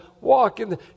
walking